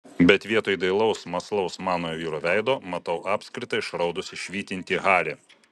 bet vietoj dailaus mąslaus manojo vyro veido matau apskritą išraudusį švytintį harį